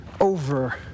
over